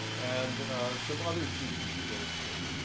and some other species that went extinct.